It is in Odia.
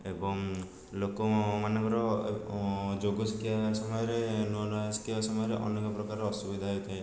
ଏବଂ ଲୋକମାନଙ୍କର ଯୋଗ ଶିଖିବା ସମୟରେ ନୂଆ ନୂଆ ଶିଖିବା ସମୟରେ ଅନେକ ପ୍ରକାର ଅସୁବିଧା ହେଇଥାଏ